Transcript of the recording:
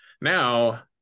now